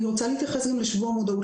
אני רוצה להתייחס גם לשבוע המודעות